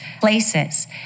places